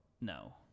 No